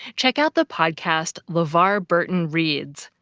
check out the podcast levar burton reads.